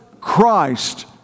Christ